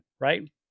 right